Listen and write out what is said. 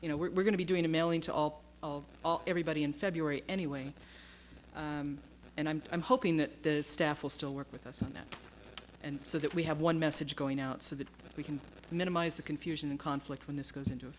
you know we're going to be doing a mailing to all of everybody in february anyway and i'm i'm hoping that the staff will still work with us on that and so that we have one message going out so that we can minimize the confusion and conflict when this goes into